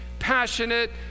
passionate